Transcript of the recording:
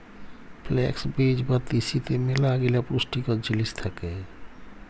flakes বীজ বা তিসিতে ম্যালাগিলা পুষ্টিকর জিলিস থ্যাকে